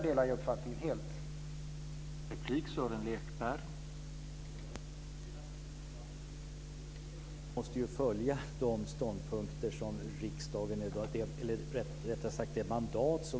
Den uppfattningen delar jag helt.